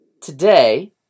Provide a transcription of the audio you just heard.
Today